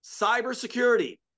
Cybersecurity